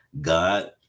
god